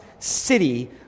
city